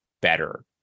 better